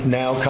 now